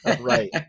right